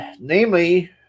namely